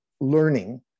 learning